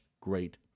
great